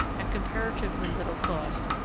at comparatively little cost,